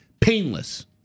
Painless